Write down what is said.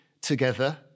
together